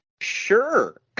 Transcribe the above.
sure